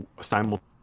simultaneously